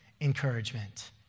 encouragement